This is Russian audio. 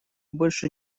больше